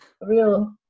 real